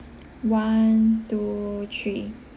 one two three